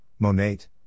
Monate